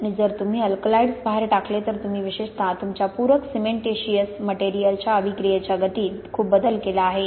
आणि जर तुम्ही अल्कलाइड्स बाहेर टाकले तर तुम्ही विशेषत तुमच्या पूरक सिमेंटीशिअस मटेरियलच्या अभिक्रियेच्या गतीत खूप बदल केला आहे